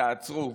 תעצרו,